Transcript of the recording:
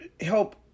help